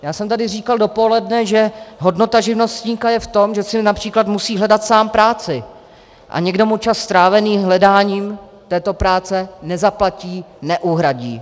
Já jsem tady dopoledne říkal, že hodnota živnostníka je v tom, že si například musí hledat sám práci a nikdo mu čas strávený hledáním této práce nezaplatí, neuhradí.